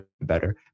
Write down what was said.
better